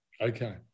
Okay